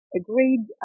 agreed